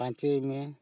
ᱯᱟᱸᱪᱮ ᱢᱮ